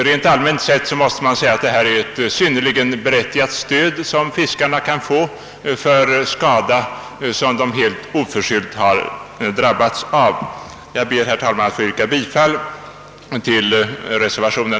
Rent allmänt sett måste man säga att det är synnerligen berättigat att fiskare kan få stöd när de oförskyllt har drabbats av skada. Jag ber, herr talman, att få yrka bifall till reservationen.